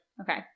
okay